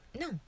No